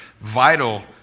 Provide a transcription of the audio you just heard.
vital